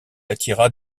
attira